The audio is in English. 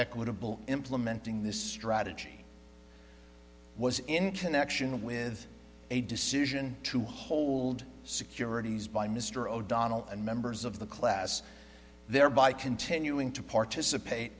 equitable implementing this strategy was in connection with a decision to hold securities by mr o'donnell and members of the class thereby continuing to participate